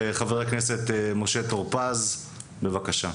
חבר הכנסת משה טור-פז בבקשה.